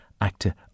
actor